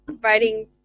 writing